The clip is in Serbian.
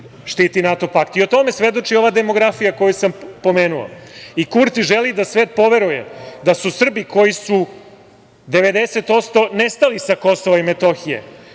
štiti NATO pakt. O tome svedoči ova demografija koju sam pomenuo. Kurti želi da svet poveruje da su Srbi, koji su 90% nestali sa KiM, koji